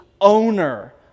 owner